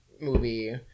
movie